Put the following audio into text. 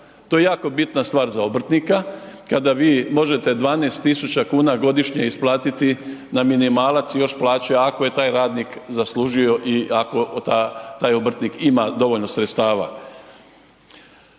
To je jako bitna stvar za obrtnika kada vi možete 12.000 kuna godišnje isplatiti na minimalac i još plaću, ako je taj radnik zaslužio i ako taj obrtnik ima dovoljno sredstava.